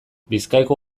bizkaiko